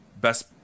best